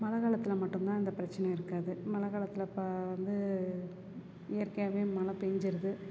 மழை காலத்தில் மட்டுந்தான் இந்த பிரச்சனை இருக்காது மழை காலத்தில் அப்போ வந்து இயற்கையாகவே மழை பேஞ்சிருது